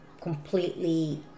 completely